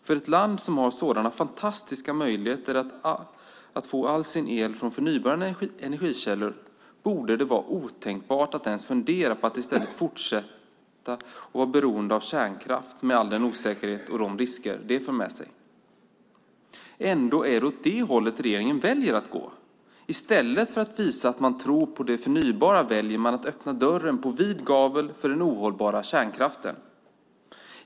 För ett land som har sådana fantastiska möjligheter att få all sin el från förnybara energikällor borde det vara otänkbart att ens fundera på att i stället fortsätta att vara beroende av kärnkraft med all den osäkerhet och de risker det för med sig. Ändå är det åt det hållet regeringen väljer att gå. I stället för att visa att man tror på det förnybara väljer man att öppna dörren på vid gavel för den ohållbara kärnkraften.